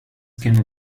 can